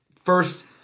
first